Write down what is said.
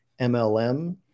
MLM